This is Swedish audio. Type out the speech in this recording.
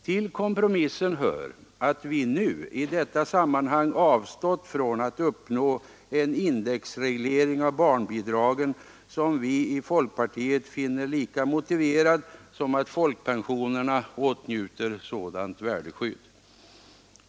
Till kompromissen hör att vi nu i detta sammanhang har avstått från att uppnå en indexreglering av barnbidragen, som vi i folkpartiet finner lika motiverad som att folkpensionerna åtnjuter sådant värdeskydd.